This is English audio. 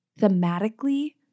thematically